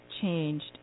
changed